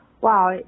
Wow